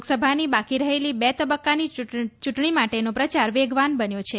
લોકસભાની બાકી રહેલી બે તબક્કાની ચૂંટણી માટેનો પ્રચાર વેગવાન બન્યો છે